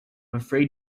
afraid